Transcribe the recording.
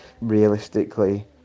realistically